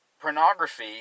pornography